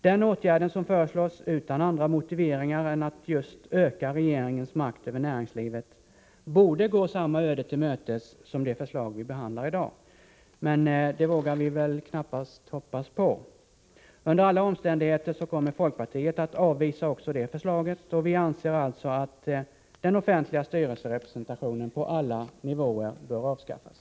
Det förslaget, som man ställt utan andra motiveringar än att just öka regeringens makt över näringslivet, borde gå samma öde till mötes som det förslag vi behandlar i dag. Men det vågar vi väl knappast hoppas på. Under alla omständigheter kommer folkpartiet att avvisa också det förslaget. Vi anser alltså att den offentliga styrelserepresentationen på alla nivåer bör avskaffas.